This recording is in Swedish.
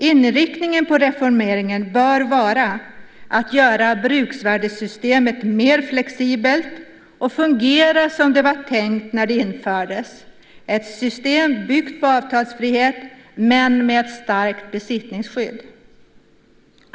Inriktningen på reformeringen bör vara att göra bruksvärdessystemet mer flexibelt och fungera som det var tänkt när det infördes - ett system byggt på avtalsfrihet, men med ett starkt besittningsskydd.